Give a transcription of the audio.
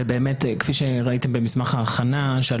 כפי שראית במסמך ההכנה,